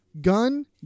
gun